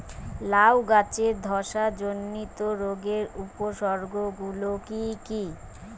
লাউ গাছের ধসা জনিত রোগের উপসর্গ গুলো কি কি?